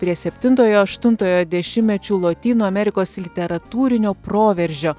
prie septintojo aštuntojo dešimtmečių lotynų amerikos literatūrinio proveržio